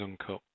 Uncut